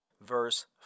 verse